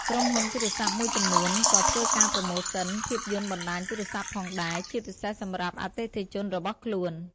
ក្រុមហ៊ុនទូរស័ព្ទមួយចំនួនក៏ធ្វើការប្រូម៉ូសិន ភាពយន្តបណ្តាញទូរស័ព្ទផងដែរ ជាពិសេសសម្រាប់អតិថិជនរបស់ខ្លួន។